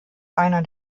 einer